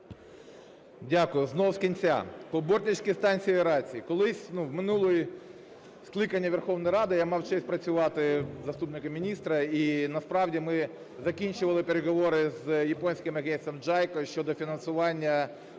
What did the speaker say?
Дякую. Знову з кінця. По Бортницькій станції аерації. Колись, в минулому скликанні Верховної Ради, я мав честь працювати заступником міністра, і насправді ми закінчували переговори з японським агентством JICA щодо фінансування